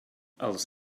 els